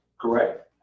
correct